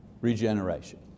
Regeneration